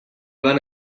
van